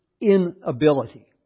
inability